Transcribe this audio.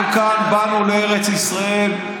אנחנו כאן באנו לארץ ישראל,